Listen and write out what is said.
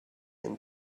and